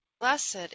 blessed